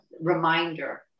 reminder